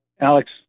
Alex